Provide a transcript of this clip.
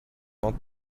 not